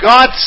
God